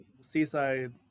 Seaside